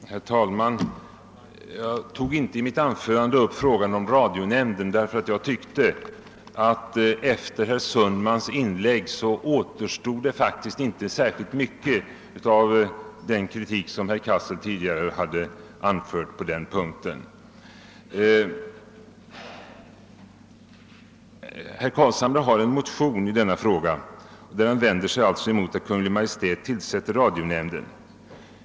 Herr talman! Jag tog inte i mitt anförande upp frågan om radionämnden, därför att jag tyckte att det efter herr Sundmans anförande inte återstod särskilt mycket av den kritik som herr Cassel tidigare anfört på den punkten. Herr Carlshamre har väckt en motion, som vänder sig emot att Kungl. Maj:t tillsätter radionämnden.